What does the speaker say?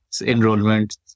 enrollment